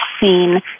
scene